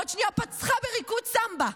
עוד שנייה פצחה בריקוד סמבה.